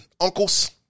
Uncles